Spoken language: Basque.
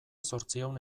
zortziehun